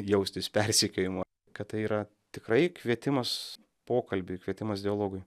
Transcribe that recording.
jaustis persekiojamu kad tai yra tikrai kvietimas pokalbiui kvietimas dialogui